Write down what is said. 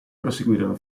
proseguirono